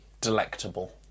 delectable